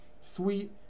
sweet